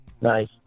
Nice